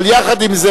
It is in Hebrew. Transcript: אבל עם זה,